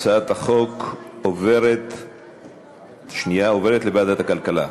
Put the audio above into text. הצעת החוק עוברת לוועדת הכלכלה.